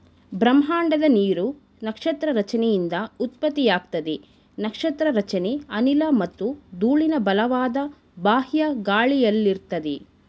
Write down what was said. ಬ್ರಹ್ಮಾಂಡದ ನೀರು ನಕ್ಷತ್ರ ರಚನೆಯಿಂದ ಉತ್ಪತ್ತಿಯಾಗ್ತದೆ ನಕ್ಷತ್ರ ರಚನೆ ಅನಿಲ ಮತ್ತು ಧೂಳಿನ ಬಲವಾದ ಬಾಹ್ಯ ಗಾಳಿಯಲ್ಲಿರ್ತದೆ